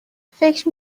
فکر